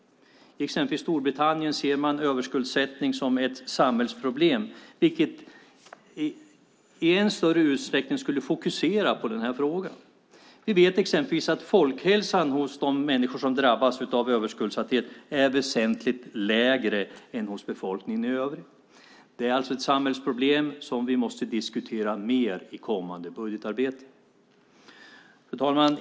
I exempelvis Storbritannien ser man överskuldsättning som ett samhällsproblem, vilket, om vi gjorde så även i Sverige, i än större utsträckning skulle fokusera på den här frågan. Vi vet exempelvis att folkhälsan hos de människor som drabbas av överskuldsättning är väsentligt lägre än hos befolkningen i övrigt. Det är alltså ett samhällsproblem som vi måste diskutera mer i kommande budgetarbete. Fru talman!